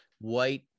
white